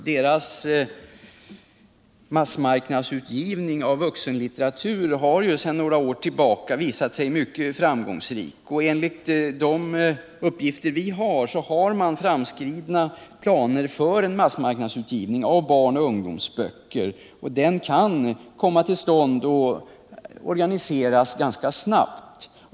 Dess massmarknadsutgivning av vuxenlitteratur har ju sedan några år tillbaka visat sig mycket framgångsrik, och enligt våra uppgifter har Främjandet långt framskridna planer på massmarknadsutgivning av barn och ungdomsböcker. Den kan komma till stånd ganska snabbt.